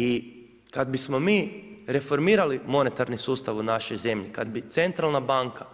I kad bi smo mi reformirali monetarni sustav u našoj zemlji, kad bi centralna banka